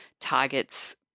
targets